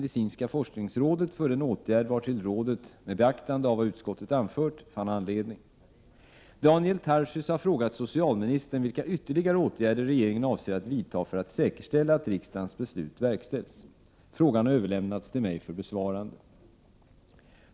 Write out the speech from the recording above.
Daniel Tarschys har frågat socialministern vilka ytterligare åtgärder regeringen avser att vidta för att säkerställa att riksdagens beslut verkställs. Frågan har överlämnats till mig för besvarande.